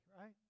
right